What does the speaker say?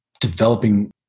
developing